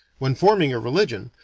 when forming a religion,